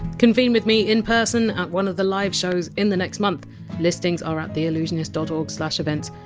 convene with me in person at one of the live shows in the next month listings are at theallusionist dot org slash events.